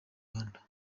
rwanda